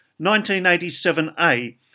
1987A